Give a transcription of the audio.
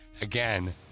Again